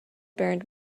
burned